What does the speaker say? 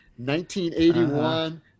1981